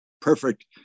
perfect